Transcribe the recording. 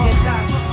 stop